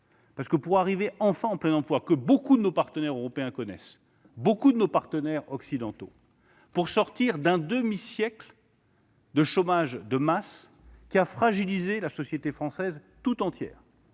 parce que, pour arriver enfin au plein-emploi que beaucoup de nos partenaires européens et occidentaux connaissent, pour sortir d'un demi-siècle de chômage de masse qui a fragilisé la société française tout entière,